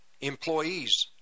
employees